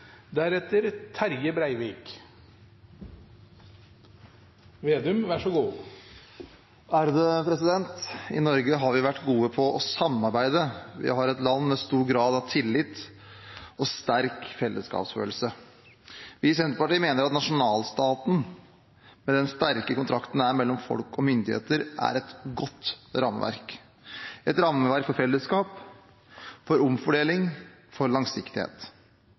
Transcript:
I Norge har vi vært gode på å samarbeide. Vi har et land med stor grad av tillit og sterk fellesskapsfølelse. Vi i Senterpartiet mener at nasjonalstaten, med den sterke kontrakten den er mellom folk og myndigheter, er et godt rammeverk – et rammeverk for fellesskap, for omfordeling og for langsiktighet,